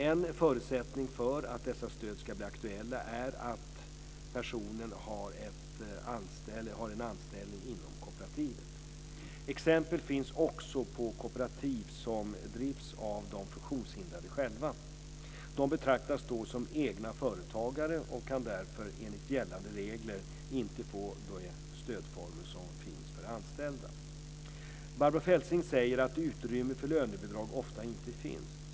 En förutsättning för att dessa stöd ska bli aktuella är att personerna har en anställning inom kooperativet. Exempel finns också på kooperativ som drivs av de funktionshindrade själva. De betraktas då som egna företagare och kan därför, enligt gällande regler, inte få de stödformer som finns för anställda. Barbro Feltzing säger att utrymme för lönebidrag ofta inte finns.